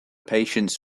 patients